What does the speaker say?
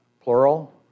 Plural